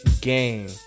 game